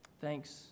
Thanks